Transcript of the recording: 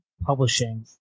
publishing